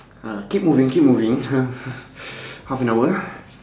ah keep moving keep moving half an hour